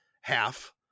half